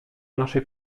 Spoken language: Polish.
naszej